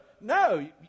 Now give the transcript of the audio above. No